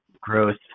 growth